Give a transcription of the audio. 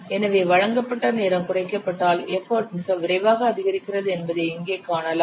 எனவே வழங்கப்பட்ட நேரம் குறைக்கப்பட்டால் எஃபர்ட் மிக விரைவாக அதிகரிக்கிறது என்பதை இங்கே காணலாம்